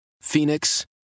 Phoenix